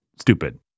stupid